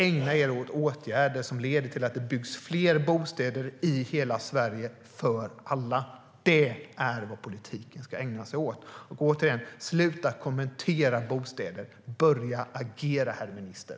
Ägna er åt åtgärder som leder till att det byggs fler bostäder i hela Sverige för alla! Det är vad politiken ska ägna sig åt. Sluta kommentera bostäder! Börja agera, herr minister!